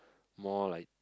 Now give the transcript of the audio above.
more like